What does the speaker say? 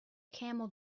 camel